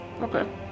okay